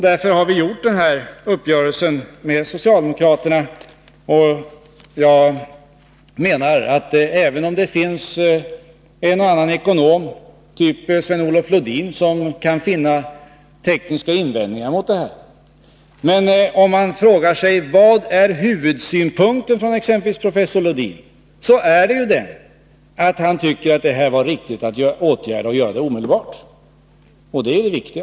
Därför har vi träffat uppgörelsen med socialdemokraterna, och jag menar att det var klokt, även om det finns en och annan ekonom, typ Sven-Olof Lodin, som kan finna tekniska invändningar mot skatteomläggningen. Men vilken är huvudsynpunkten hos exempelvis professor Lodin? Jo, att det var riktigt att vidta en sådan här åtgärd och vidta den omedelbart. Det är ju det viktiga.